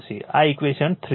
આ ઇક્વેશન 3 છે